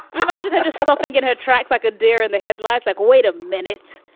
provided that the stuffing in her tracks like a deer in the headlights, like, wait a minute